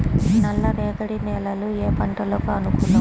నల్లరేగడి నేలలు ఏ పంటలకు అనుకూలం?